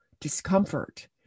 discomfort